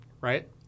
right